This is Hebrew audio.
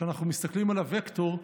כשאנחנו מסתכלים על הווקטור,